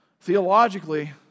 theologically